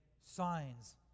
signs